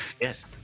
yes